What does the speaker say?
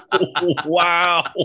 wow